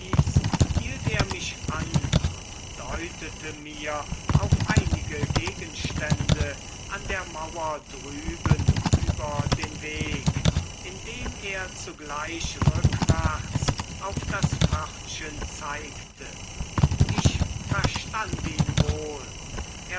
hielt er mich an und deutete mir auf einige gegenstände an der mauer drüben über den weg indem er zugleich rückwärts auf das pförtchen zeigte ich verstand ihn wohl